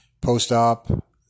post-op